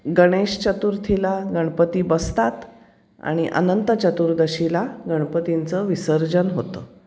गणेश चतुर्थीला गणपती बसतात आणि अनंतचतुर्दशीला गणपतींचं विसर्जन होतं